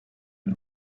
you